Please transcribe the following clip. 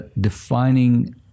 defining